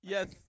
Yes